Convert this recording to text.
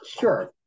sure